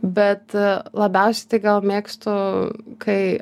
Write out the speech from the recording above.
bet a labiausiai tai gal mėgstu kai